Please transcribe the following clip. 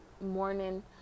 morning